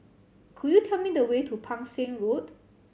could you tell me the way to Pang Seng Road